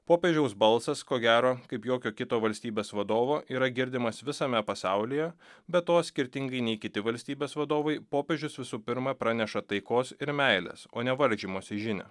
popiežiaus balsas ko gero kaip jokio kito valstybės vadovo yra girdimas visame pasaulyje be to skirtingai nei kiti valstybės vadovai popiežius visų pirma praneša taikos ir meilės o ne varžymosi žinią